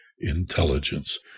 Intelligence